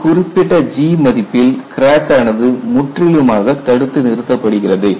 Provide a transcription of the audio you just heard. ஒரு குறிப்பிட்ட G மதிப்பில் கிராக் ஆனது முற்றிலுமாக தடுத்து நிறுத்தப்படுகிறது